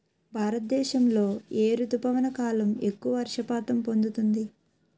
భారతదేశంలో ఏ రుతుపవన కాలం ఎక్కువ వర్షపాతం పొందుతుంది?